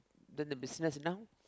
then the business now